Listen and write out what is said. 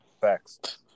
Facts